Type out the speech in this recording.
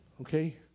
okay